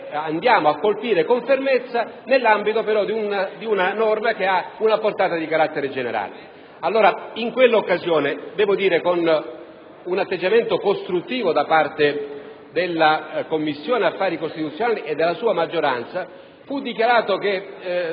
andiamo a colpire con fermezza nell'ambito, però, di una norma che ha una portata di carattere generale. In quell'occasione, con un atteggiamento costruttivo da parte della Commissione affari costituzionali e della sua maggioranza, fu dichiarato che